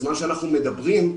בזמן שאנחנו מדברים,